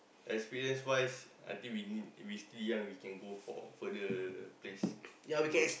experience wise I think we need we still young we can go for further place to work